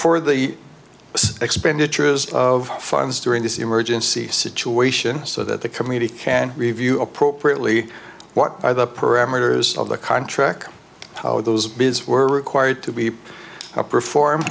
for the most expenditures of funds during this emergency situation so that the committee can review appropriately what are the parameters of the contract how those bids were required to be perform